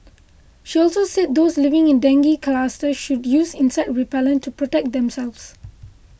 she also said those living in dengue clusters should use insect repellent to protect themselves